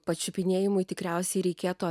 pačiupinėjimui tikriausiai reikėtų